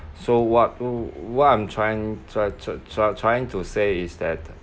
so what oh what I'm trying try tr~ tr~ trying to say is that